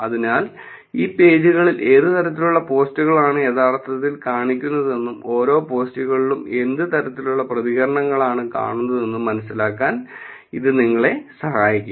അതിനാൽ ഈ പേജുകളിൽ ഏത് തരത്തിലുള്ള പോസ്റ്റുകളാണ് യഥാർത്ഥത്തിൽ കാണിക്കുന്നതെന്നും ഓരോ പോസ്റ്റുകളിലും എന്ത് തരത്തിലുള്ള പ്രതികരണങ്ങളാണ് കാണുന്നതെന്നും മനസ്സിലാക്കാൻ ഇത് നിങ്ങളെ സഹായിക്കും